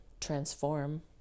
transform